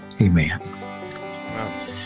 amen